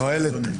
תודה לך, ארז.